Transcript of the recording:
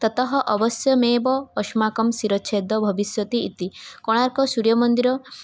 ततः अवश्यमेव अस्माकं शिरच्छेदः भविष्यति इति कोणार्कसूर्यमन्दिर